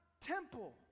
temple